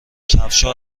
کفشها